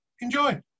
enjoy